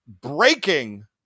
breaking